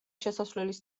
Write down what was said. შესასვლელის